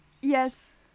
Yes